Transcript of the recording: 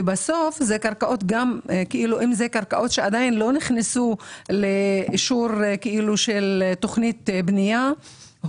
אם אלה קרקעות שעדיין לא קיבלו אישור לתוכניות בנייה,